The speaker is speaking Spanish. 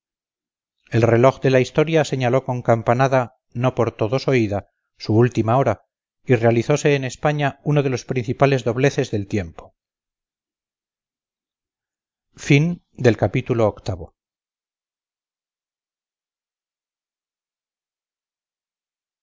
el reloj de la historia señaló con campanada no por todos oída su última hora y realizose en españa uno de los principales dobleces del tiempo arribaabajo ix